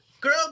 girl